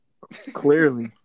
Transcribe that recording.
Clearly